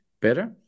better